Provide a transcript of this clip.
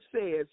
says